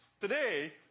Today